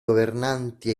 governanti